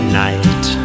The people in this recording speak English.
night